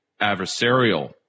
adversarial